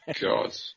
God